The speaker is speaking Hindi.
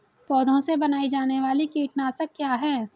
पौधों से बनाई जाने वाली कीटनाशक क्या है?